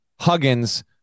Huggins